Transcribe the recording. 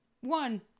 One